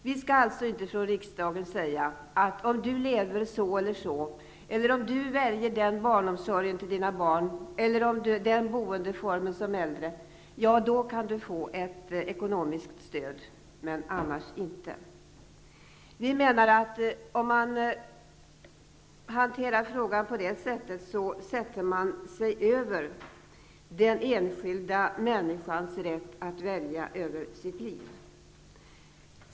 Vi i riksdagen skall alltså inte säga: ''Om du lever så eller så, om du väljer den barnomsorgen till dina barn eller den boendeformen som äldre, kan du få ett ekonomiskt stöd, men annars inte.'' Om man hanterar frågan på det sättet, sätter man sig över den enskilda människans rätt att råda över sitt liv.